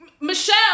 Michelle